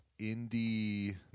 indie